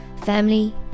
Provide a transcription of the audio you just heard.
family